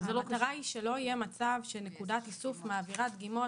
המטרה היא שלא יהיה מצב שנקודת איסוף מעבירה דגימות